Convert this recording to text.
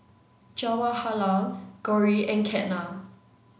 Jawaharlal Gauri and Ketna